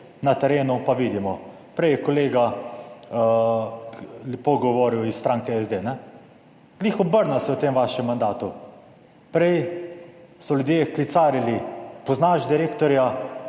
Na terenu pa vidimo, prej je kolega lepo govoril iz stranke SD, ne, glih obrnilo se je v tem vašem mandatu; prej so ljudje klicarili, poznaš direktorja